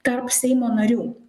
tarp seimo narių